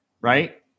right